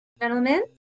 gentlemen